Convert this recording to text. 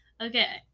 okay